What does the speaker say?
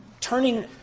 turning